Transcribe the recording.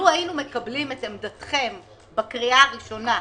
לו היינו מקבלים את עמדתכם בקריאה הראשונה,